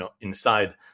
inside